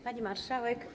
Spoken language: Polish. Pani Marszałek!